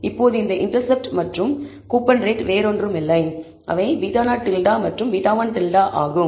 இப்போது இந்த இண்டெர்செப்ட் மற்றும் கூப்பன் ரேட் வேறொன்றுமில்லை அவை β̂0 மற்றும் β̂1 ஆகும்